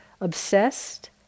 obsessed